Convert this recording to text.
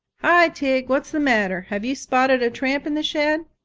hi, tige, what's the matter? have you spotted a tramp in the shed?